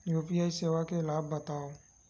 UPI सेवाएं के लाभ बतावव?